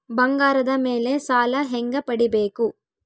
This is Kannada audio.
ಬಂಗಾರದ ಮೇಲೆ ಸಾಲ ಹೆಂಗ ಪಡಿಬೇಕು?